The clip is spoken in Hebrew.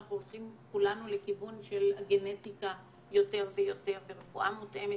אנחנו הולכים כולנו לכיוון של הגנטיקה יותר ויותר ורפואה מותאמת